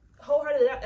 wholeheartedly